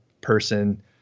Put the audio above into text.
person